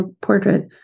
portrait